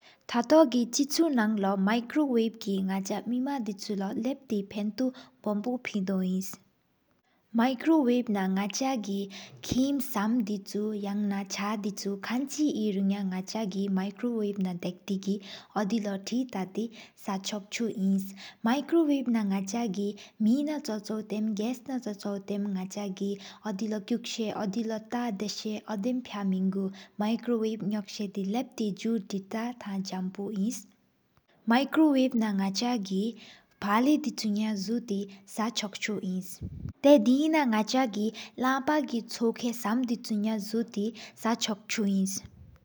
ཐ་ཏོ་ནག་མེ་གི་ཆེསོག་ནང་ལོ། མིཀྵོརིབ་གི་ནགཆ་མེ་མག་ལོ་ལབ་ཏེ། བང་འུ་ལབ་ཏེ་བརྦོ་ཕིནདོ་ཨིནས། མིཀྵོརིབ་ན་ནགཆ་གི་ཁེམ་སམ་བཅུ། དི་ཆུ་ཡ་ན་ཆག་དི་ཆུ་ཁན་གྱི་ཨིན་རུ་ཡ། ནགཆ་གི་མིཀྵོརིབ་ན་དར་ཏེ་གི། འོ་དེ་ལོ་དེ་ཐག་ཏི་ས་ཆོག་བཅུ། མིཀྵོརིབ་ན་ནགཆ་གི་མེ་ན་ཆོད་བོ་ཏེམ། གསགས་ན་ཆོག་ཏེམ་འོ་དེ་ལོ་ཀུག་ས་འོ་དེ་ལོ། ཐག་དེ་ས་འོ་དེམ་ཕ་ཡ་མདོངས། མིཀྵོརིབ་ནོགས་དི་ལབ་ཏི་ཟུ་དེ་ཏ། ཐང་ལབ་ཏེ་གཟང་པོ། མིཀྵོརིབ་ན་ནགཆ་གི་དེ་ན་ཕ་ལདི་ཆུ། ཡ་ཀྱི་འདེ་གས་ཆུ་ཡིན་ཐའ་དི་ན་ནགཆ་གྱི། གླང་པ་ལས་འོ་ཏེ་ས་ཀེན་སམ་ན། ས་ཆོག་ཆོ་ཨིནས།